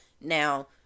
Now